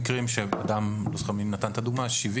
במקרה שבו אדם בן 70,